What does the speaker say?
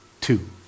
Two